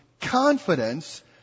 confidence